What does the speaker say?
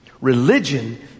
Religion